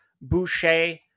Boucher